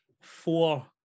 four